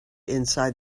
inside